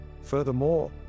Furthermore